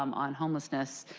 um on homelessness.